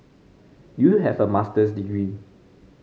you have a Master's degree